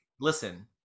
listen